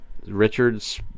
Richard's